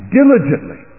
diligently